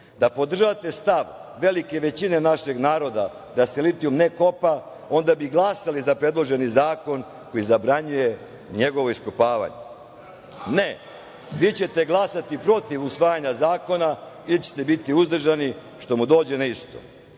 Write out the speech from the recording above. Da podržavate stav velike većine našeg naroda da se litijum ne kopa, onda bi glasali za predloženi zakon koji zabranjuje njegovo iskopavanje. Ne, vi ćete glasati protiv usvajanja zakona ili ćete biti uzdržani, što mu dođe na